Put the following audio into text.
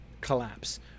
collapse